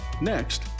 Next